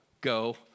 go